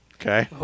Okay